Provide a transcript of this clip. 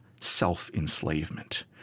self-enslavement